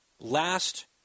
last